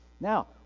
Now